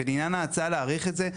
ולעניין ההצעה להאריך את זה,